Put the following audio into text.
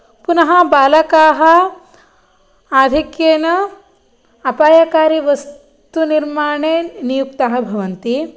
पुनः बालकाः आधिक्येन अपायकारि वस्तुनिर्माणे नियुक्तः भवन्ति